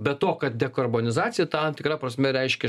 be to kad dekarbonizacija tam tikra prasme reiškia